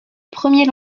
premier